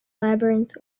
labyrinth